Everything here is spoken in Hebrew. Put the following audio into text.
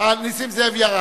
נסים זאב ואילן גילאון מציעים.